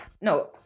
no